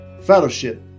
Fellowship